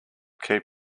keep